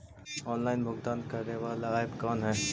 Online भुगतान करे बाला ऐप कौन है?